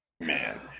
man